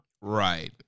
Right